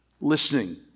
listening